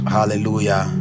Hallelujah